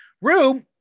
Rue